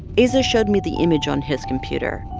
aza showed me the image on his computer.